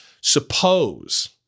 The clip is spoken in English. Suppose